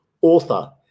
author